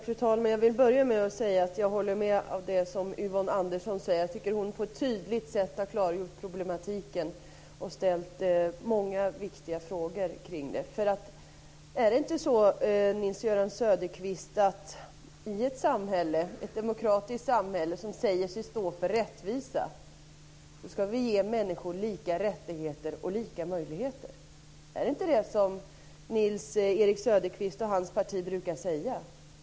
Fru talman! Jag vill börja med att säga att jag håller med om det som Yvonne Andersson sade. Jag tycker att hon på ett tydligt sätt klargjorde problematiken och ställde många viktiga frågor kring den. Är det inte så att vi i ett demokratiskt samhälle som säger sig stå för rättvisa ska ge människor lika rättigheter och lika möjligheter? Är det inte det som Nils-Erik Söderqvist och hans parti brukar säga?